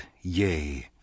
Yea